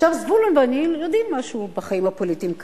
זבולון ואני יודעים משהו בחיים הפוליטיים כאן,